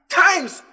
times